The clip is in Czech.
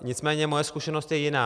Nicméně moje zkušenost je jiná.